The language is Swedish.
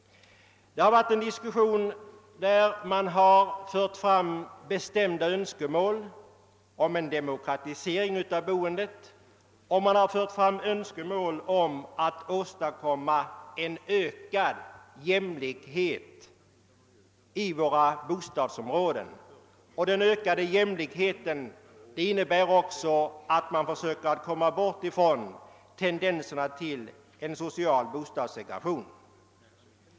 I diskussionen har framgått bestämda önskemål om en demokratisering av boendet och ökad jämlikhet på bostadsområdet. Den ökade jämlikheten innebär bl.a. att man vill försöka komma bort ifrån tendenserna till social boendesegregation.